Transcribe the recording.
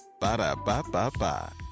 Ba-da-ba-ba-ba